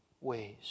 ways